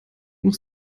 muss